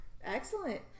Excellent